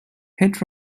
pet